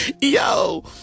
Yo